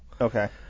Okay